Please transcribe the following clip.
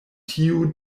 tiu